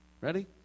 Ready